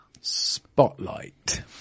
Spotlight